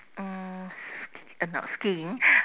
um s~ not skiing